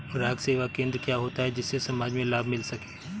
ग्राहक सेवा केंद्र क्या होता है जिससे समाज में लाभ मिल सके?